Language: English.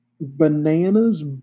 bananas